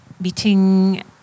meeting